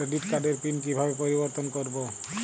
Credit কার্ডের PIN কিভাবে পরিবর্তন করবো?